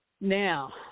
Now